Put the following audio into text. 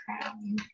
crown